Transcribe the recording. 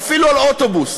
או אפילו על אוטובוס,